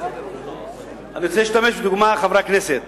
אני רוצה להשתמש בדוגמה, חברי הכנסת.